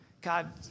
God